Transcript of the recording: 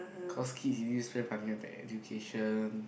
cause kids you need to spend money on the education